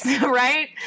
right